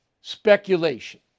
Speculation